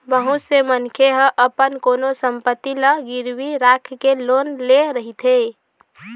बहुत से मनखे ह अपन कोनो संपत्ति ल गिरवी राखके लोन ले रहिथे